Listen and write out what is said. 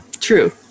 True